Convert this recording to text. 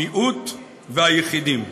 המיעוט והיחידים.